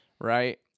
right